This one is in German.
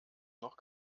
noch